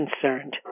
concerned